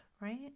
right